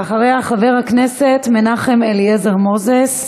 ואחריה, חבר הכנסת מנחם אליעזר מוזס.